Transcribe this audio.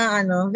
ano